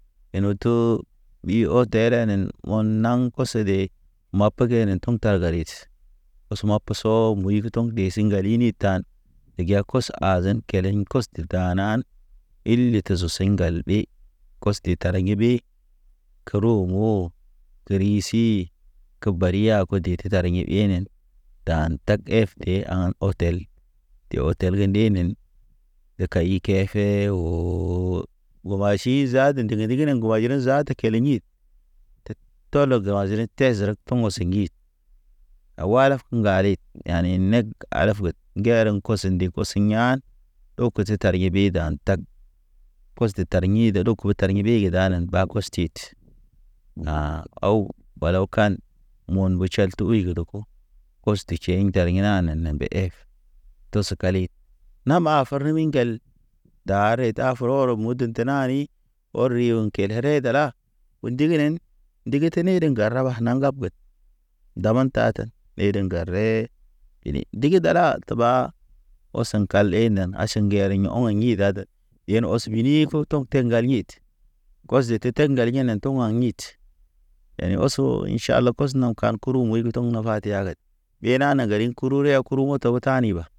Yene to ɓi o terenen ɔn naŋ koso ɗe ma pege ne tɔm ta garis. Ɔsma peso muyig tɔŋ ɗe siŋga ili tan, de geya kos azen kɛlɛŋ kos de danan. Ille to se siŋgal ɓe, kɔs de tara ɲe ɓe. Kerew mo, keri si, ke bari ya ko dete tari ye ɓenen. Dan tag ef e an otel, de otel ge ndenen. De kay kɛfɛ oo ŋguma si zaat ndigi ndigi ne ŋguma zine zaata keleŋ ɲit, tɔlɔ gəra zene te zerek tɔŋga se ŋgid. A walaf ŋgali yane neg alaf ged ŋgereŋ koso nde koso yan. Ɗew pase tar ye ɓe dan tag, kos de tar ɲi de rokub tar ɲi ɓe ɗanan. Ɓa gɔs tit na aw balaw kan mon be ʃal te wuy gere po, kos te ʃey nder yina nana ef. Tos kali, na ɓa forme mi ŋgel, daa re da froro mun tenan ɔriyo kele re dala o ndig nen ndigi tene id ŋgara ba ha na ŋgabet ile digi dala təɓa ɔseŋ ka enan aʃan ŋgera ye o̰ i dat yen ɔs bini fu toŋ ŋgali yed. Gɔs de detek ngali ya̰ ne tɔm aŋ hit Yani os o in ʃala kɔs naŋ kan ko, kurun moyge to̰gne fate a awad Be nana geriŋ kuru ryo, kuru tog taniba.